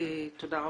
תודה רבה.